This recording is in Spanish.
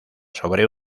sobre